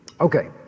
Okay